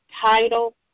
title